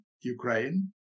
Ukraine